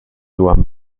joan